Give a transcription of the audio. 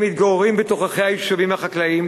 הם מתגוררים בתוככי היישובים החקלאיים,